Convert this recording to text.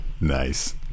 nice